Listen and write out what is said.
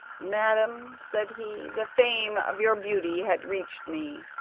madam, said he, the fame of your beauty had reached me,